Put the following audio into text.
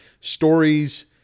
stories